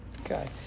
Okay